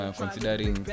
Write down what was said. considering